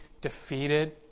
defeated